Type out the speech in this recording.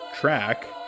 track